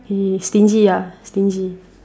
he stingy lah stingy